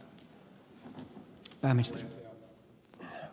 arvoisa puhemies